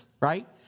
right